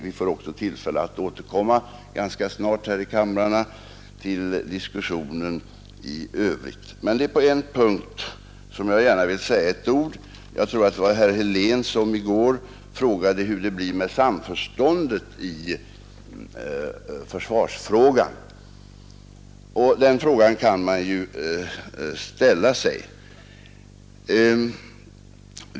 Vi får också tillfälle att här i riksdagen ganska snart återkomma till diskussionen i övrigt. Men jag vill gärna säga några ord på en punkt. Jag tror att det var herr Helén som i går frågade hur det blir med samförståndet i försvarsfrågan — och den frågan kan man ju ställa sig.